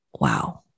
wow